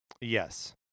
Yes